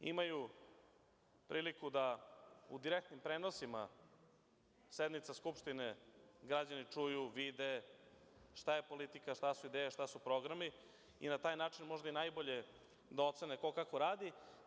imaju priliku da u direktnim prenosima sednica Skupštine građani čuju, vide šta je politika, šta su ideje, šta su programi i na taj način možda najbolje ocene ko kako radi.